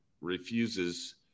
refuses